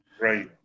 Right